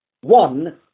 One